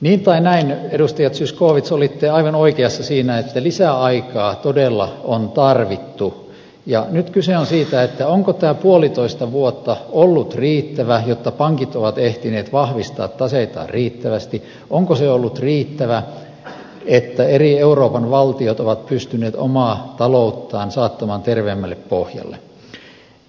niin tai näin edustaja zyskowicz olitte aivan oikeassa siinä että lisäaikaa todella on tarvittu ja nyt kyse on siitä onko tämä puolitoista vuotta ollut riittävä jotta pankit ovat ehtineet vahvistaa taseitaan riittävästi onko se ollut riittävä jotta eri euroopan valtiot ovat pystyneet omaa talouttaan saattamaan terveemmälle pohjalle